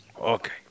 Okay